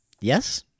Yes